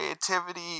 creativity